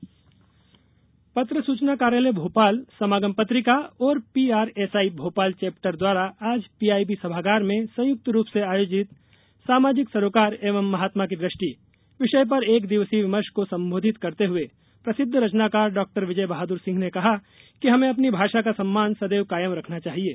गांधी विमर्श पत्र सूचना कार्यालय भोपाल समागम पत्रिका और पीआरएसआई भोपाल चैप्टर द्वारा आज पीआईबी सभागार में संयुक्त रूप से आयोजित सामाजिक सरोकार एवं महात्मा की दृष्टि विषय पर एक दिवसीय विमर्श को संबोधित करते हुए प्रसिद्ध रचनाकार डाक्टर विजय बहादुर सिंह ने कहा कि हमें अपनी भाषा का सम्मान सदैव कायम रखना चाहिये